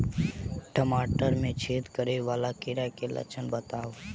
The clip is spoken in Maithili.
टमाटर मे छेद करै वला कीड़ा केँ लक्षण बताउ?